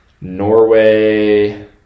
Norway